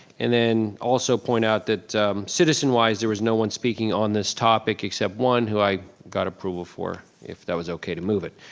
and then, also point out that citizen wise there was no one speaking on this topic, except one, who i got approval for, if that was okay to move it.